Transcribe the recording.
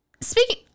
Speaking